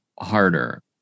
harder